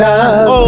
Love